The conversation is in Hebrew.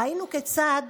ראינו כיצד